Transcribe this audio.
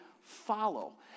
follow